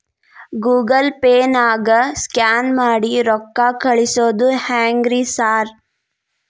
Google ಪೇನಾಗ scan ಮಾಡಿ ರೊಕ್ಕಾ ಕಳ್ಸೊದು ಹೆಂಗ್ರಿ ಸಾರ್?